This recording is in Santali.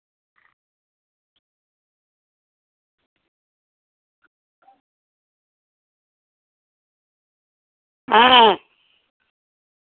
ᱦᱮᱸ